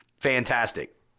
fantastic